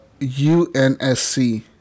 UNSC